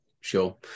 Sure